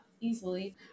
easily